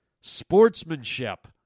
sportsmanship